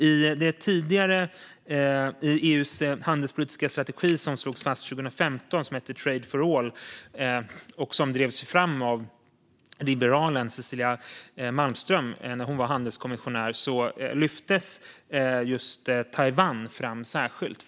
I EU:s handelspolitiska strategi från 2015, som heter Trade for All och som drevs fram av liberalen Cecilia Malmström när hon var handelskommissionär, lyftes just Taiwan fram särskilt.